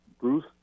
Bruce